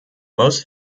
most